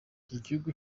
igihugu